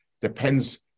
Depends